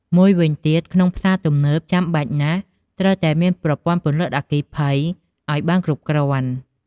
មួយវិញទៀត ក្នុងផ្សារទំនើបចាំបាច់ណាស់ត្រូវតែមានប្រព័ន្ធពន្លត់អគ្គិភ័យអោយបានគ្រប់គ្រាន់។